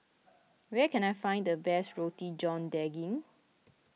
where can I find the best Roti John Daging